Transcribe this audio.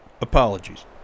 Apologies